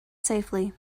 safely